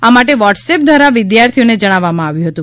આ માટે વોટસઅપ દ્વારા વિદ્યાર્થીઓને જણાવવામાં આવ્યુ હતુ